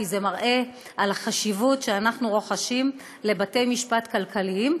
כי זה מראה את החשיבות שאנחנו מייחסים לבתי משפט כלכליים.